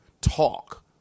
Talk